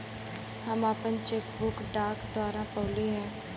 हम आपन cheque book डाक द्वारा पउली है